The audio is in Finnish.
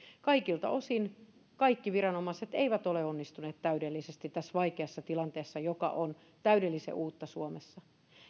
kaikilta osin kaikki viranomaiset eivät ole onnistuneet täydellisesti tässä vaikeassa tilanteessa joka on täydellisen uusi suomessa